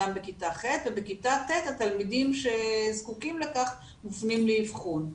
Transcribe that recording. וגם לכיתה ח' ובכיתה ט' התלמידים שזקוקים לכך מופנים לאבחון.